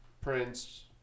Prince